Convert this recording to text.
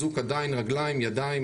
אזוק עדיין, רגליים, ידיים.